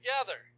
together